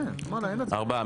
ארבעה.